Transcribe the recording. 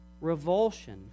revulsion